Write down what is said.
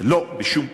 לא בשום מקום.